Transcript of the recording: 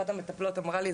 השבוע אחת המטפלות אמרה לי,